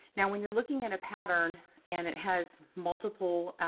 now, when you're looking at a pattern and it has multiple